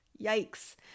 yikes